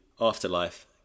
afterlife